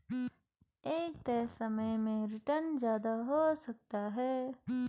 एक तय समय में रीटर्न ज्यादा हो सकता है